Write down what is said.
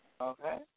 Okay